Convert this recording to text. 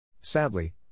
Sadly